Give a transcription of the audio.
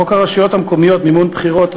חוק הרשויות המקומיות (מימון בחירות),